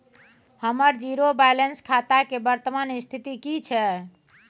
हमर zero balance खाता के वर्तमान स्थिति की छै?